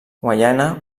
guaiana